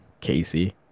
Casey